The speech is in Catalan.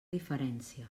diferència